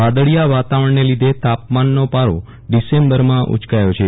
વાદળીયા વાતાવરણને લીધે તાપમાનનો પારો ડીસેમ્બરમાં ઉંચકાયો છે